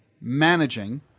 managing